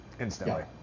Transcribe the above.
instantly